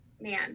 man